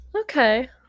okay